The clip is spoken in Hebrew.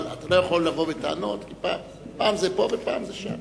אבל אתה לא יכול לבוא בטענות כי פעם זה פה ופעם זה שם.